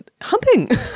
Humping